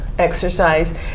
exercise